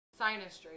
Sinistry